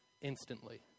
instantly